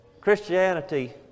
Christianity